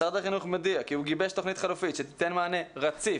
משרד החינוך מודיע כי הוא גיבש תוכנית חלופית שתיתן מענה רציף,